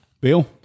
Bill